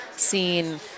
seen